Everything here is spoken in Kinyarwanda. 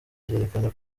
byerekana